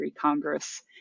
Congress